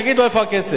תגיד לו איפה הכסף.